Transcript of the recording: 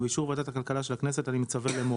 ובאישור ועדת הכלכלה של הכנסת, אני מצווה לאמור: